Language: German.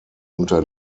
unter